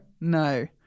No